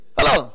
Hello